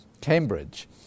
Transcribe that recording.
Cambridge